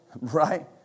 right